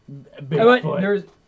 Bigfoot